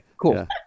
cool